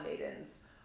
maidens